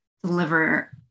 deliver